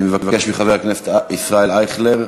אני מבקש מחבר הכנסת ישראל אייכלר,